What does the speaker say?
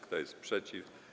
Kto jest przeciw?